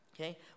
Okay